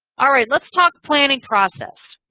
all right, let's talk planning process,